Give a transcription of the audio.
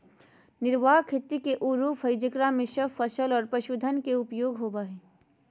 निर्वाह खेती के उ रूप हइ जेकरा में सब फसल और पशुधन के उपयोग होबा हइ